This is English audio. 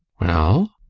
well?